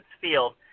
Field